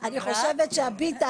פוגשים אותם בהרבה מקומות,